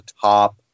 top